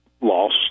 loss